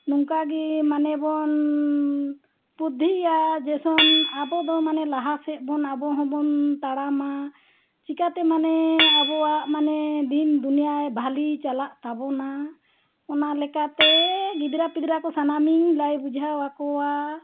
ᱱᱚᱝᱠᱟ ᱜᱮ ᱢᱟᱱᱮ ᱵᱚᱱ ᱵᱩᱫᱽᱫᱷᱤᱭᱟ ᱡᱮᱢᱚᱱ ᱟᱵᱚ ᱫᱚ ᱢᱟᱱᱮ ᱞᱟᱦᱟ ᱥᱮᱫ ᱵᱚᱱ ᱟᱵᱚ ᱦᱚᱸᱵᱚᱱ ᱛᱟᱲᱟᱢᱟ ᱪᱤᱠᱟᱹᱛᱮ ᱢᱟᱱᱮ ᱟᱵᱚᱣᱟᱜ ᱢᱟᱱᱮ ᱫᱤᱱ ᱫᱩᱱᱭᱟᱹᱭ ᱵᱷᱟᱹᱞᱤ ᱪᱟᱞᱟᱜ ᱛᱟᱵᱚᱱᱟ ᱚᱱᱟ ᱞᱮᱠᱟᱛᱮ ᱜᱤᱫᱽᱨᱟᱹ ᱯᱤᱫᱽᱨᱟᱹ ᱠᱚ ᱥᱟᱱᱟᱢᱤᱧ ᱞᱟᱹᱭ ᱵᱩᱡᱷᱟᱹᱣ ᱟᱠᱚᱣᱟ